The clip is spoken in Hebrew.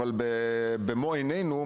במו עיינינו,